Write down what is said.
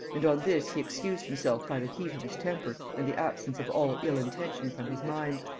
and on this he excused himself by the heat of his temper and the absence of all ill intention from his mind.